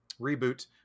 reboot